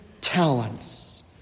talents